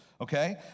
Okay